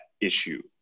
issue